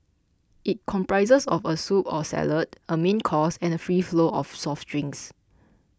it comprises of a soup or salad a main course and free flow of soft drinks